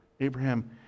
Abraham